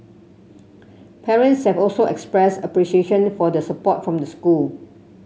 parents have also expressed appreciation for the support from the school